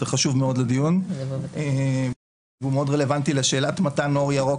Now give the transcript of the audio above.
זה חשוב מאוד לדיון ומאוד רלוונטי לשאלת מתן אור ירוק